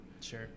sure